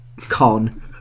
con